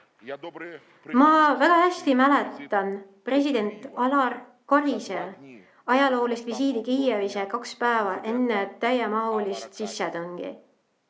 Ma väga hästi mäletan president Alar Karise ajaloolist visiiti Kiievisse kaks päeva enne täiemahulist sissetungi.